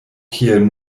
kiel